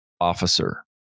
officer